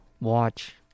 watch